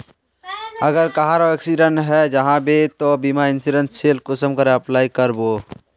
अगर कहारो एक्सीडेंट है जाहा बे तो बीमा इंश्योरेंस सेल कुंसम करे अप्लाई कर बो?